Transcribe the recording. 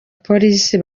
polisi